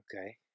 Okay